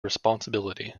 responsibility